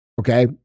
Okay